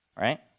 right